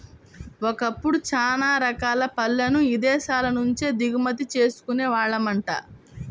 ఒకప్పుడు చానా రకాల పళ్ళను ఇదేశాల నుంచే దిగుమతి చేసుకునే వాళ్ళమంట